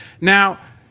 Now